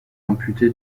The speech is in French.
amputé